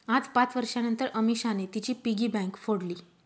आज पाच वर्षांनतर अमीषाने तिची पिगी बँक फोडली